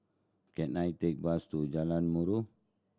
can I take bus to Jalan Murai